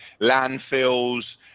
landfills